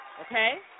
okay